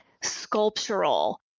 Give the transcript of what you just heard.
sculptural